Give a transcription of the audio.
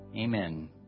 Amen